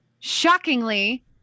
Shockingly